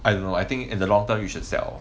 I don't know I think in the long term you should sell